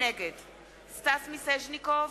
נגד סטס מיסז'ניקוב,